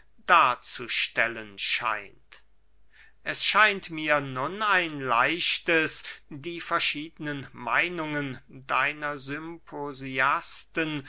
darzustellen scheint es scheint mir nun ein leichtes die verschiedenen meinungen deiner symposiasten